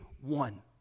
one